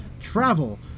travel